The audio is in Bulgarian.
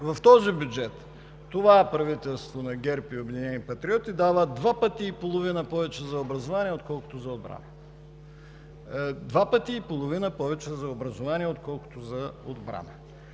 В този бюджет правителството на ГЕРБ и „Обединени патриоти“ дава два пъти и половина повече за образование, отколкото за отбрана. Два пъти и половина повече за образование, отколкото за отбрана!